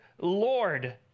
Lord